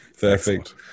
perfect